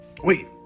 Wait